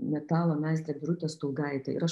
metalo meistrė birutė stulgaitė ir aš